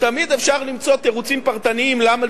תמיד אפשר למצוא תירוצים פרטניים למה